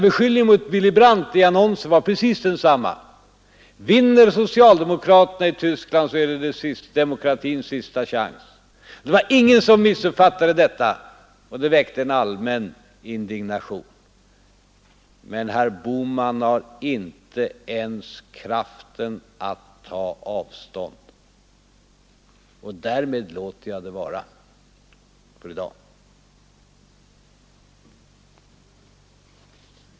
Beskyllningen mot Willy Brandt var i annonsen precis densamma: Vinner socialdemokraterna i Tyskland är det demokratins sista chans. Det var ingen som missuppfattade detta, och det väckte en allmän indignation. Men herr Bohman har inte ens kraften att ta avstånd — och därmed låter jag det vara för i dag.